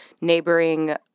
neighboring